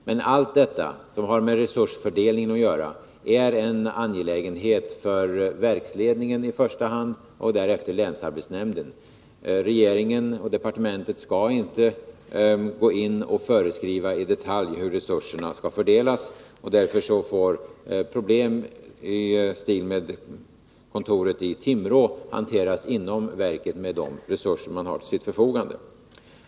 Men allt detta, som har med resursfördelningen att göra, är en angelägenhet för i första hand verksledningen och därefter länsarbetsnämnden. Regeringen och departementet skall inte gå in och i detalj föreskriva hur resurserna skall fördelas. Därför får problem i stil med dem på kontoret i Timrå lösas inom verket, med de resurser man har till sitt förfogande.